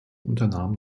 unternahm